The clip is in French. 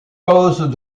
causes